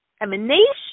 emanation